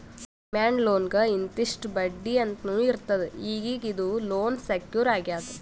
demand ಲೋನ್ಗ್ ಇಂತಿಷ್ಟ್ ಬಡ್ಡಿ ಅಂತ್ನೂ ಇರ್ತದ್ ಈಗೀಗ ಇದು ಲೋನ್ ಸೆಕ್ಯೂರ್ ಆಗ್ಯಾದ್